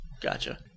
Gotcha